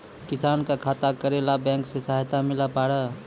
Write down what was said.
किसान का खेती करेला बैंक से सहायता मिला पारा?